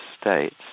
states